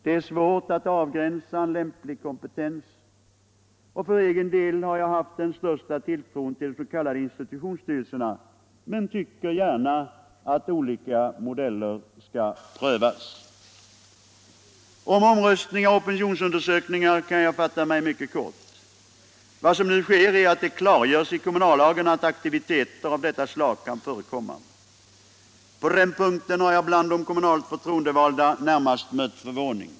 Det är svårt att avgränsa en lämplig kompetens. För egen del har jag haft den största tilltron till de s.k. institutionsstyrelserna men tycker gärna att olika modeller skall prövas. Om omröstningar och opinionsundersökningar kan jag fatta mig mycket kort. Vad som nu sker är att det klargörs i kommunallagen att aktiviteter av detta slag kan förekomma. På den punkten har jag bland de kommunalt förtroendevalda närmast mött förvåning.